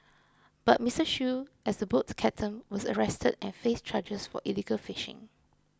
but Mister Shoo as the boat captain was arrested and faced charges for illegal fishing